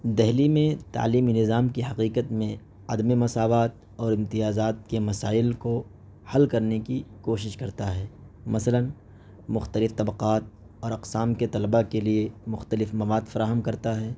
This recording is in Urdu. دہلی میں تعلیمی نظام کی حقیقت میں عدمِ مساوات اور امتیازات کے مسائل کو حل کرنے کی کوشش کرتا ہے مثلاََ مختلف طبقات اور اقسام کے طلباء کے لیے مختلف مواد فراہم کرتا ہے